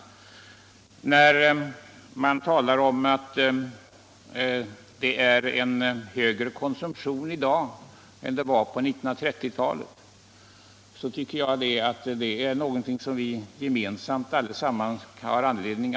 Det sägs att konsumtionen i dag är högre än den var på 1930-talet. Det är någonting som vi alla har anledning att beklaga.